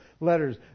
letters